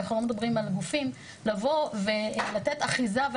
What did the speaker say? אנחנו לא מדברים על גופים - לבוא ולתת אחיזה,